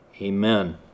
Amen